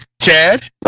Chad